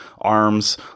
arms